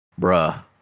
bruh